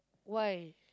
why